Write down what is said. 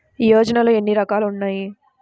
యోజనలో ఏన్ని రకాలు ఉన్నాయి?